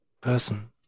person